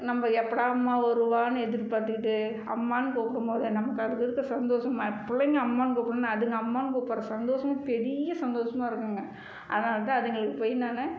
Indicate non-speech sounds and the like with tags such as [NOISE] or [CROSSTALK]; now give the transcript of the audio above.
நம்ப எப்படா அம்மா வருவான்னு எதிர்பார்த்துக்கிட்டு அம்மான்னு கூப்பிடும்போது நமக்கு அதில் இருக்கிற சந்தோஷம் [UNINTELLIGIBLE] பிள்ளைங்க அம்மான்னு கூப்பிடுதுனா அதுங்க அம்மான்னு கூப்பிட்ற சந்தோஷமும் பெரிய சந்தோஷமா இருக்கும்க அதனால் தான் அதுகளுக்கு போய் நான்